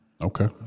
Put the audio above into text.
Okay